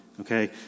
okay